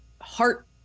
heart